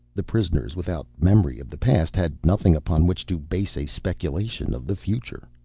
the prisoners, without memory of the past, had nothing upon which to base a speculation of the future.